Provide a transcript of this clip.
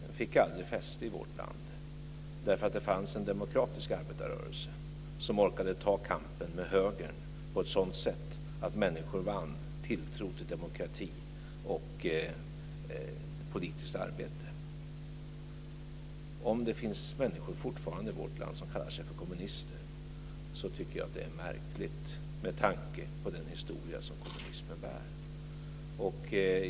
Den fick aldrig fäste i vårt land, eftersom det fanns en demokratisk arbetarrörelse som orkade ta upp kampen med högern på ett sådant sätt att människor vann tilltro till demokrati och politiskt arbete. Om det fortfarande finns människor i vårt land som kallar sig för kommunister, tycker jag att det är märkligt med tanke på den historia som kommunismen har.